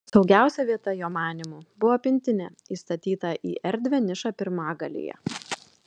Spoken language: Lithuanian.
saugiausia vieta jo manymu buvo pintinė įstatyta į erdvią nišą pirmagalyje